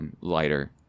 lighter